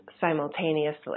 simultaneously